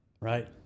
Right